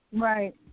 Right